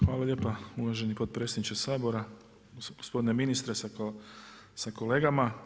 Hvala lijepa uvaženi potpredsjedniče Sabora, gospodine ministre sa kolegama.